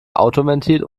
autoventil